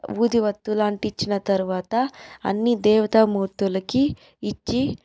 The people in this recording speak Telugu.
ఊది ఒత్తీలు అంటించిన తరువాత అన్నీ దేవతా మూర్తులకి ఇచ్చి